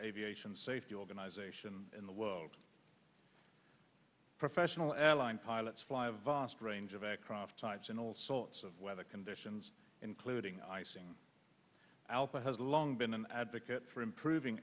aviation safety organization in the world professional airline pilots fly a vast range of aircraft types in all sorts of weather conditions including icing alpha has long been an advocate for improving